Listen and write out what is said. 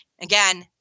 Again